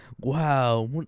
wow